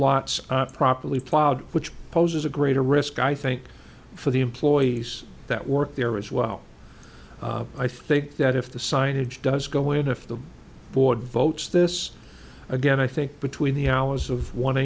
lots properly plowed which poses a greater risk i think for the employees that work there as well i think that if the signage does go in if the board votes this again i think between the hours of one